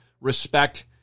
respect